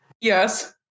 Yes